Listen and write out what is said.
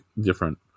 different